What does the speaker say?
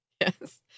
Yes